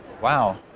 Wow